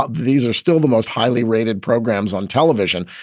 ah these are still the most highly rated programs on television.